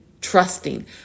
trusting